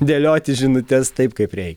dėlioti žinutes taip kaip reik